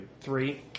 three